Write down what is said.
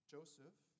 Joseph